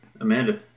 Amanda